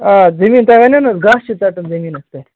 آ زٔمیٖن تۄہہِ وَنٮ۪و نہَ حظ گاسہٕ چھُ ژٹُن زٔمیٖنَس پٮ۪ٹھ